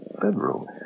bedroom